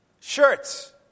Shirts